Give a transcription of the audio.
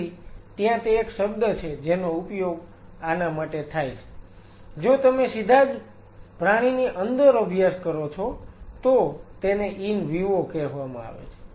તેથી ત્યાં તે એક શબ્દ છે જેનો ઉપયોગ આના માટે થાય છે જો તમે સીધા જ પ્રાણીની અંદર અભ્યાસ કરો છો તો તેને ઈન વિવો કહેવામાં આવે છે